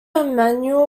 emmanuel